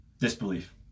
Disbelief